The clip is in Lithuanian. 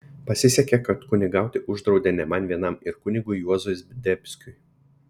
pasisekė kad kunigauti uždraudė ne man vienam ir kunigui juozui zdebskiui